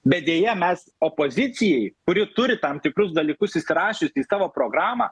bet deja mes opozicijai kuri turi tam tikrus dalykus įsirašiusi į savo programą